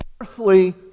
earthly